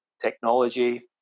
technology